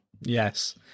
Yes